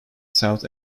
south